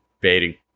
Baiting